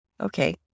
okay